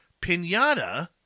Pinata